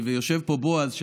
יושב פה בועז.